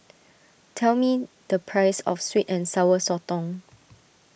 tell me the price of Sweet and Sour Sotong